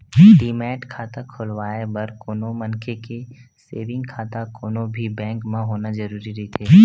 demat खाता खोलवाय बर कोनो मनखे के सेंविग खाता कोनो भी बेंक म होना जरुरी रहिथे